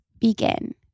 begin